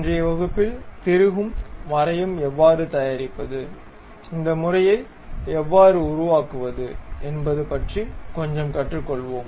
இன்றைய வகுப்பில் திருகும் மறையும் எவ்வாறு தயாரிப்பது இந்த மறையை எவ்வாறு உருவாக்குவது என்பது பற்றி கொஞ்சம் கற்றுக்கொள்வோம்